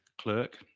clerk